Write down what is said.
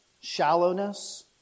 shallowness